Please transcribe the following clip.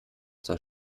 zur